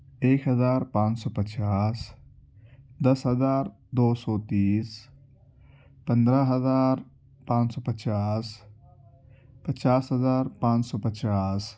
ایک ہزار پانچ سو پچاس دس ہزار دو سو تیس پندرہ ہزار پانچ سو پچاس پچاس ہزار پانچ سو پچاس